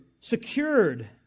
secured